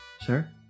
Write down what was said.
sir